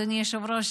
אדוני היושב-ראש,